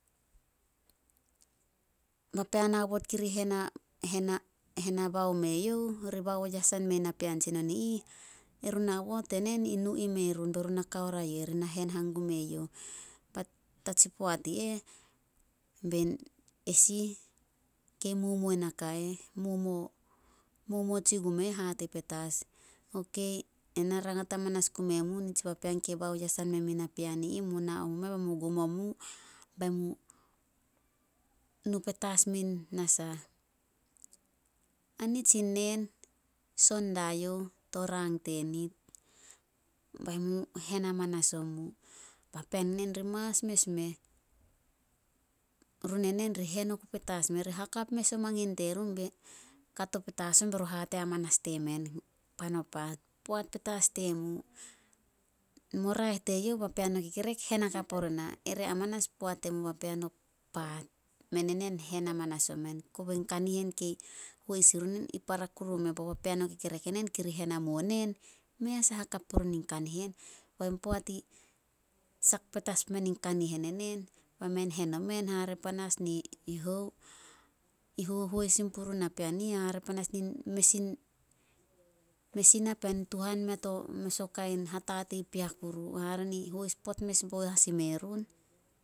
Papean aobot kiri hena- hena- henabao me youh, ri baoyesan me napean tsinon i ih, erun aobot enen, i nu ime run be run na ka oria yu eh, ri na hen hangum me youh. Tatsi poat i eh, esih kei momuo momuo- momuo tsi gum e eh hate petas, Ena rangat hamanas gume mu nitsi papean ke baoyesan memu napean i ih, mu nao mumeh be mu gum o mu be mu nu petas min nasah. A nitsi neen, son dai youh to rang tenit. Be mu hen amanas omu. Papean enen ri mas mes meh. Run enen ri hen oku petas meh. Ri hakap mes o mangin terun. Be kato petas on, be run hate petas diemen, pan o paat. Poat petas temu. Mo raeh teyouh papean o kekerek, hen hakap ori nah. Ere hamanas poat temu papean o paat. Men enen hen amanas omen. Kobei kanihen kei hois irun i para kuru meh, bao papean o kekerek enen kiri hen hamuo nen, mei asah hakap purun in kanihen. Poat i sak petas pumen in kanihen enen, bai men hen omen, hare panas ni hou? I hohois sin purun napean i ih, hare panas in mes in- mes in napean tuhan mea to mes o kain hatatei pea kuru. Hare ni hois pot bo as ime run.